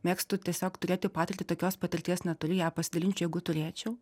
mėgstu tiesiog turėti patirtį tokios patirties neturiu ją pasidalinčiau jeigu turėčiau